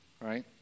right